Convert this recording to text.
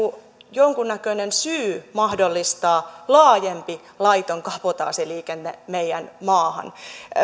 jonkunnäköinen syy mahdollistaa laajempi laiton kabotaasiliikenne meidän maahan